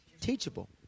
Teachable